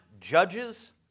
judges